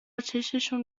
چششون